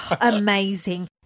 Amazing